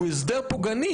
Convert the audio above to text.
הוא הסדר פוגעני,